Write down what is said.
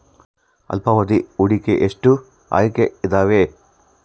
ಅಲ್ಪಾವಧಿ ಹೂಡಿಕೆಗೆ ಎಷ್ಟು ಆಯ್ಕೆ ಇದಾವೇ?